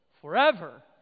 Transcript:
forever